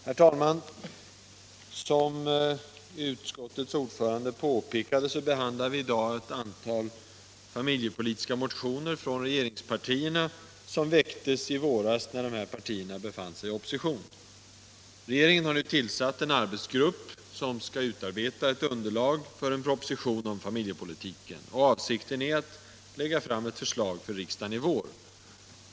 Herr talman! Som utskottets ordförande påpekade, behandlar vi i dag ett antal familjepolitiska motioner från regeringspartierna. Motionerna väcktes i våras, när dessa partier befann sig i opposition. Regeringen har nu tillsatt en arbetsgrupp, som skall utarbeta underlag för en proposition om familjepolitiken. Avsikten är att lägga fram ett förslag för riksdagen i vår.